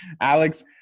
Alex